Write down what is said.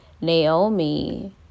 Naomi